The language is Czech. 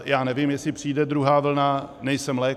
Já nevím, jestli přijde druhá vlna, nejsem lékař.